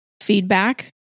feedback